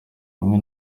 hamwe